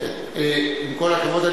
עם כל הכבוד,